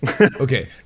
Okay